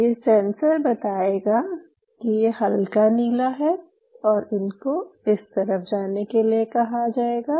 ये सेंसर बताएगा कि ये हल्का नीला है और इनको इस तरफ जाने के लिए कहा जायेगा